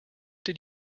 did